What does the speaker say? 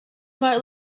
might